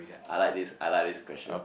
I like this I like this question